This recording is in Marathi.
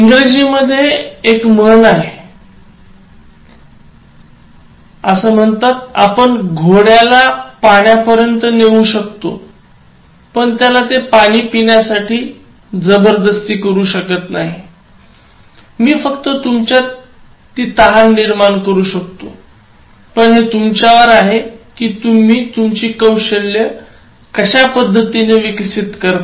इंग्रजीमध्ये एक म्हण आहेआपण घोड्याला पाण्यापर्यंत नेऊ शकतो पण त्याला ते पाणी पिण्यासाठी जबरदस्ती करू शकत नाहीत मी फक्त तुमच्यात तहान निर्माण करू शकतो पण हे तुमच्यावर आहे कि तुम्ही तुमची कौशल्य कशी विकसित करता